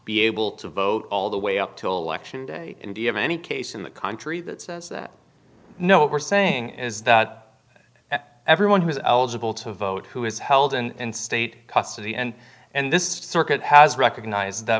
able to vote all the way up to election day and you have any case in the country that says that no what we're saying is that everyone who's eligible to vote who is held in state custody and and this circuit has recognized that